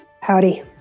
howdy